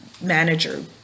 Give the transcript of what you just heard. manager